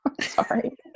Sorry